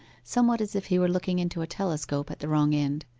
somewhat as if he were looking into a telescope at the wrong end.